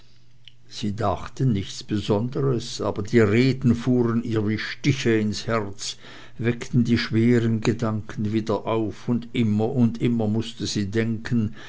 sie dachten nichts besonders aber die reden fuhren ihr wie stiche ins herz weckten die schweren gedanken wieder auf und immer und immer mußte sie denken